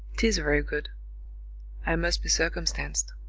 tis very good i must be circumstanc'd.